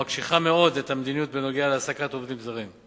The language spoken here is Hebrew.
המקשיחה מאוד את המדיניות בנוגע להעסקת עובדים זרים.